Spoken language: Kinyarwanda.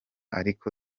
ariko